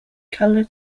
color